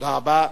תודה רבה.